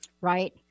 Right